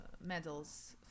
medals